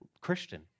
Christian